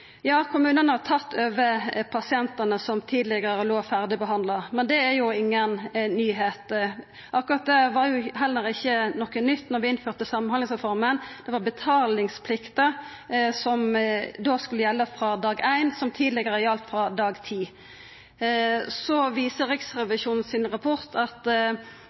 Ja, kommunane har tatt over pasientane som tidlegare låg ferdig behandla, med det er jo inga nyheit. Akkurat det var heller ikkje noko nytt da vi innførte samhandlingsreforma, det var betalingsplikta som da skulle gjelda frå dag éin, den gjaldt tidlegare frå dag ti. Rapporten til Riksrevisjonen viser at